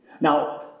Now